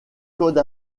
code